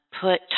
put